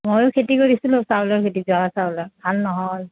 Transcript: ময়ো খেতি কৰিছিলোঁ চাউলৰ খেতি জহা চাউলৰ ভাল নহ'ল